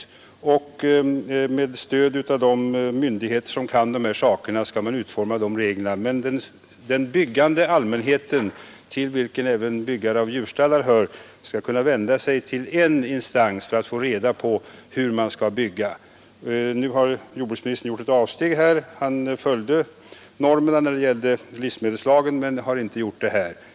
Reglerna skall utformas med stöd av de myndigheter som kan de här sakerna, men den byggande allmänheten, till vilken även byggare av djurstallar hör, skall kunna vända sig till en instans för att få reda på hur man skall bygga. Jordbruksministern följde normerna när det gällde livsmedelslagen men har gjort ett avsteg här.